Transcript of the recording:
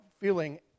feeling